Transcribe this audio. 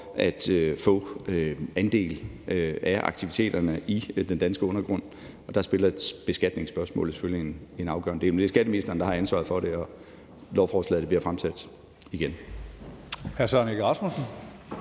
at få andel af aktiviteterne i den danske undergrund, og der er beskatningsspørgsmålet selvfølgelig en afgørende del. Men det er skatteministeren, der har ansvaret for det, og lovforslaget bliver fremsat igen.